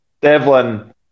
Devlin